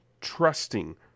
trusting